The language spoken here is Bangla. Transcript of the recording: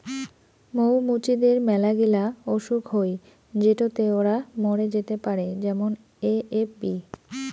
মৌ মুচিদের মেলাগিলা অসুখ হই যেটোতে ওরা মরে যেতে পারে যেমন এ.এফ.বি